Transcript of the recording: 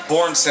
Born